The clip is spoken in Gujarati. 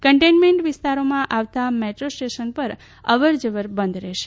કન્ટેઇનમેન્ટ વિસ્તારોમાં આવતાં મેટ્રો સ્ટેશન પર અવર જવર બંધ રહેશે